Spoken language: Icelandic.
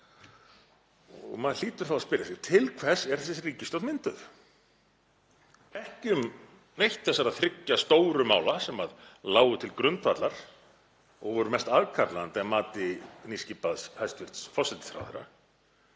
Maður hlýtur þá að spyrja sig: Til hvers er þessi ríkisstjórn mynduð? Ekki um neitt þessara þriggja stóru mála sem lágu til grundvallar og voru mest aðkallandi að mati nýskipaðs hæstv. forsætisráðherra,